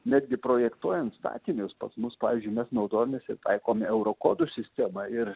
netgi projektuojant statinius pas mus pavyzdžiui mes naudojamės ir taikome euro kodų sistemą ir